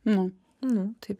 nu nu taip